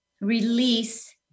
release